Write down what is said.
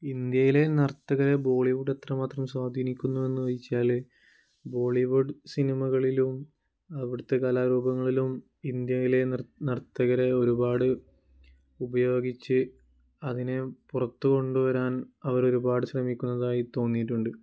ഇന്ത്യയിലെ നർത്തകരെ ബോളിവുഡ് എത്ര മാത്രം സ്വാധീനിക്കുന്നു എന്ന് ചോദിച്ചാൽ ബോളിവുഡ് സിനിമകളിലും അവിടത്തെ കലാരൂപങ്ങളിലും ഇന്ത്യയിലെ നർത്തകരെ ഒരുപാട് ഉപയോഗിച്ചു അതിനെ പുറത്ത് കൊണ്ടുവരാൻ അവർ ഒരുപാട് ശ്രമിക്കുന്നതായി തോന്നീട്ടുണ്ട്